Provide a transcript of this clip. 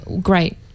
great